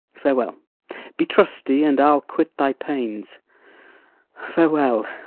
farewell be trusty, and i'll quit thy pains farewell